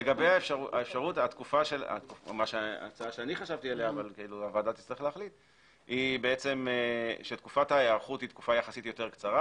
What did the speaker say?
אני חשבתי שתקופת ההיערכות צריכה להיות תקופה קצרה,